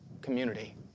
community